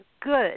good